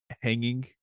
hanging